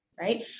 Right